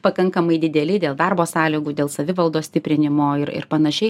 pakankamai dideli dėl darbo sąlygų dėl savivaldos stiprinimo ir ir panašiai